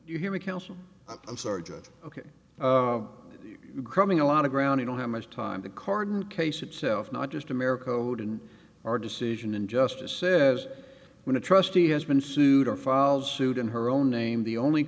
you hear me counsel i'm sorry ok you coming a lot of ground you don't have much time to carden case itself not just america vote in our decision and justice says when a trustee has been sued or filed suit in her own name the only